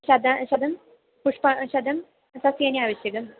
शतं शतं पुष्पाणि शतं सस्यानि आवश्यकानि